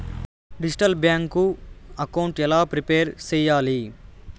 Digital bank account ఎలా prepare సెయ్యాలి?